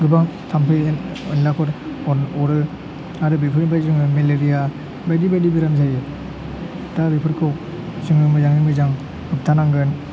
गोबां थाम्फै ए एनलाफोर अर अरो आरो बेफोरनिफ्राय जोङो मेलेरिया बायदि बायदि बेराम जायो दा बेफोरखौ जोङो मोजाङै मोजां होबथानांगोन